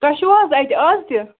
تۄہہِ چھُو حظ اَتہِ آز تہِ